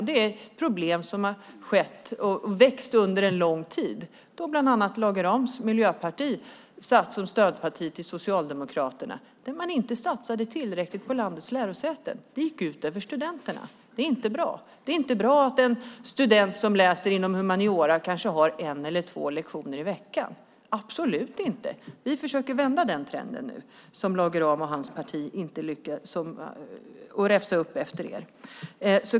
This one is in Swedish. Dessa problem har växt under lång tid, bland annat när Lage Rahms Miljöparti var stödparti till Socialdemokraterna. Man satsade inte tillräckligt på landets lärosäten, vilket gick ut över studenterna. Det är inte bra. Det är inte bra att en student som läser humaniora kanske har en eller två lektioner i veckan. Nu försöker vi vända den trend som Lage Rahm och hans parti skapade. Vi försöker räfsa upp efter dem.